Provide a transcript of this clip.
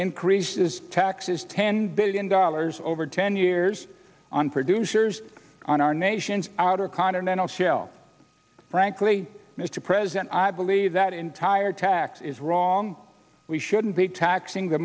increases taxes ten billion dollars over ten years on producers on our nation's outer continental shelf frankly mr president i believe that entire tax is wrong we shouldn't be taxing the